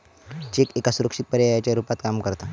check एका सुरक्षित पर्यायाच्या रुपात काम करता